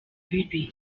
bibi